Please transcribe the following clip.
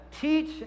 teach